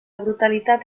brutalitat